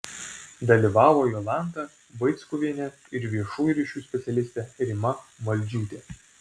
dalyvavo jolanta vaickuvienė ir viešųjų ryšių specialistė rima maldžiūtė